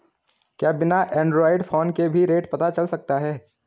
क्या बिना Android phone के भी रेट पता चल सकता है?